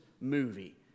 movie